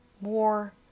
more